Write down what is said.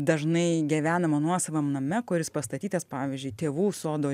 dažnai gyvenama nuosavam name kuris pastatytas pavyzdžiui tėvų sodo